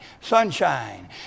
sunshine